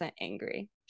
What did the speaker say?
angry